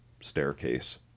staircase